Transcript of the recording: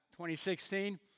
2016